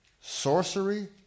sorcery